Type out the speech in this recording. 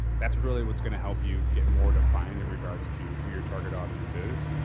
that's really what's going to help you get more defined in regards to who your target audience is.